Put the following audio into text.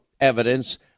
evidence